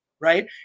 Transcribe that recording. Right